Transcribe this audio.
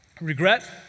Regret